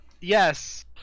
Yes